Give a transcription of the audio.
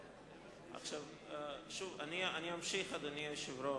אני אמשיך, אדוני היושב-ראש,